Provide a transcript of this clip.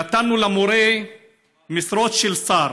נתנו למורה משרות של שר